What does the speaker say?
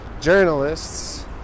journalists